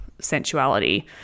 sensuality